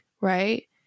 Right